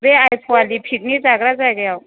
बे आइपुवालि पिकनिक जाग्रा जायगायाव